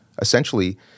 Essentially